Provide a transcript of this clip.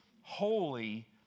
holy